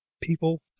people